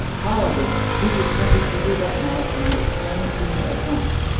however, he would send it to you that night, and would explain it to me at once.